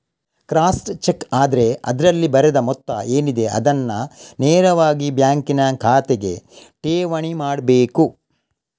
crossed cheque ಆದ್ರೆ ಅದ್ರಲ್ಲಿ ಬರೆದ ಮೊತ್ತ ಏನಿದೆ ಅದನ್ನ ನೇರವಾಗಿ ಬ್ಯಾಂಕಿನ ಖಾತೆಗೆ ಠೇವಣಿ ಮಾಡ್ಬೇಕು